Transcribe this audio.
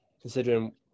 considering